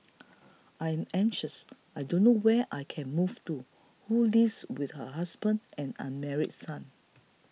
I'm anxious I don't know where I can move to who lives with her husband and unmarried son